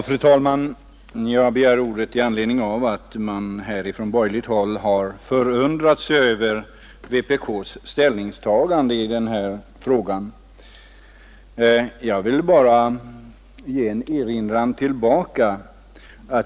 Fru talman! Jag begär ordet i anledning av att man från borgerligt håll har förundrat sig över vpk:s ställningstagande i den här frågan. Jag vill bara ge en erinran tillbaka.